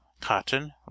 cotton